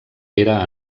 pere